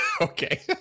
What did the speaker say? okay